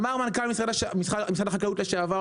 אמר מנכ"ל משרד החקלאות לשעבר,